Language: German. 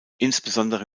insbesondere